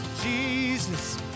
Jesus